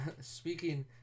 speaking